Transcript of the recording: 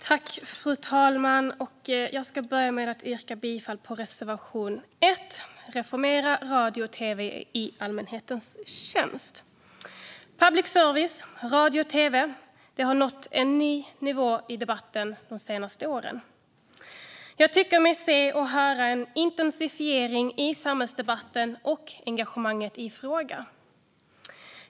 Fru talman! Jag ska börja med att yrka bifall till reservation 1, Reformera radio och tv i allmänhetens tjänst. Public service, radio och tv, har nått en ny nivå i debatten de senaste åren. Jag tycker mig se och höra en intensifiering i samhällsdebatten och engagemanget i frågan.